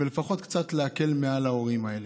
ולפחות קצת להקל על ההורים האלה?